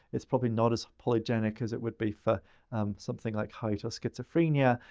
it's probably not as polygenic as it would be for something like height or schizophrenia.